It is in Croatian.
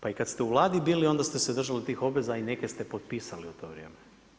Pa i kad ste u Vladi bili onda ste se držali tih obveza i neke ste potpisali u to vrijeme.